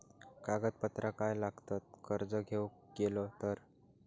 कागदपत्रा काय लागतत कर्ज घेऊक गेलो तर?